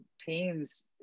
teams